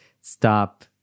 stop